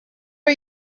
are